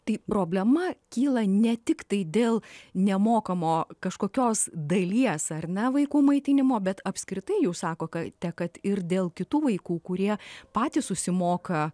tai problema kyla ne tiktai dėl nemokamo kažkokios dalies ar ne vaikų maitinimo bet apskritai jūs sakokate kad ir dėl kitų vaikų kurie patys susimoka